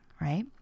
right